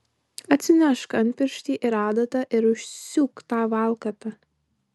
atsinešk antpirštį ir adatą ir užsiūk tą valkatą